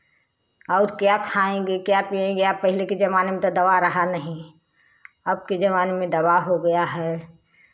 और क्या खाएँगे क्या पिएँगे अब पहले के ज़माने में तो दवा रहा नहीं अब के ज़माने में दवा हो गया है